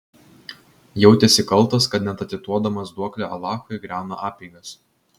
jautėsi kaltas kad net atiduodamas duoklę alachui griauna apeigas